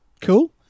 Cool